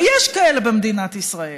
ויש כאלה במדינת ישראל.